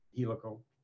helical